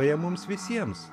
beje mums visiems